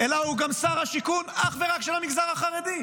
אלא הוא גם שר השיכון אך ורק של המגזר החרדי.